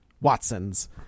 Watsons